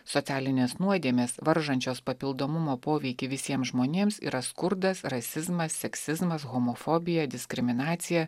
socialinės nuodėmės varžančios papildomumo poveikį visiems žmonėms yra skurdas rasizmas seksizmas homofobija diskriminacija